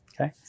Okay